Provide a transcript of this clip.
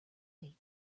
wait